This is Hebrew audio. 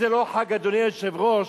אדוני היושב-ראש,